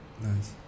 Nice